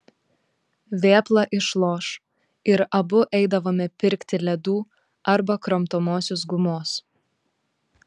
vėpla išloš ir abu eidavome pirkti ledų arba kramtomosios gumos